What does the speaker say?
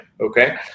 Okay